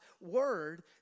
word